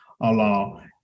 Allah